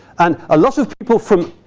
and a lot of people from.